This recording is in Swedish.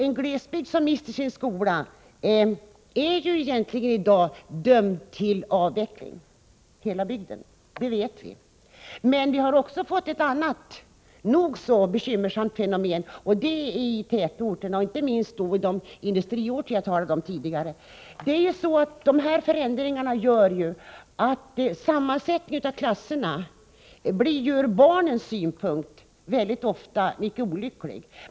En glesbygd som mister sin skola är egentligen i dag dömd till avveckling, det vet vi. Men vi har också fått ett annat, nog så bekymmersamt fenomen. Det gäller tätorterna och inte minst de industriorter jag talade om tidigare. Dessa förändringar gör att sammansättning av klasserna ur barnens synpunkt väldigt ofta blir mycket olycklig.